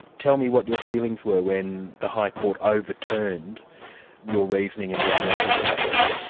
tell me what your feelings were when the high court overturned your reasoning in the al masri case,